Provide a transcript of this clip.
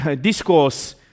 discourse